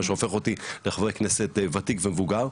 מה שהופך אותי לחבר כנסת וותיק ומבוגר.